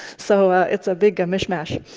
so it's a big mishmash.